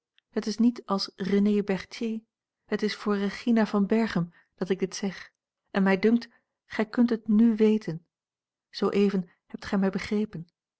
het is niet als renée berthier het is voor regina van berchem dat ik dit zeg en mij dunkt gij kunt het n weten zooeven hebt gij mij begrepen